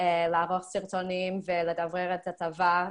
אני זוכר שכשהייתי בתורנות היה לי קשה לקבל שיעורים בעברית בגלל